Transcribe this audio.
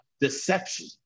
deception